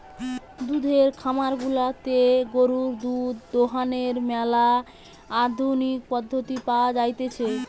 দুধের খামার গুলাতে গরুর দুধ দোহানোর ম্যালা আধুনিক পদ্ধতি পাওয়া জাতিছে